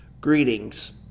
Greetings